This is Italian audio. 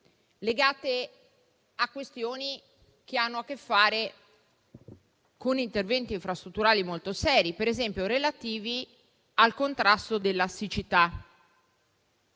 legate a questioni che hanno a che fare con interventi infrastrutturali molto seri, per esempio relativi al contrasto della siccità